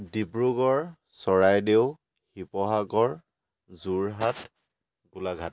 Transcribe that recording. Dibrugarh Charaideo Sivasagar Jorhat Golaghat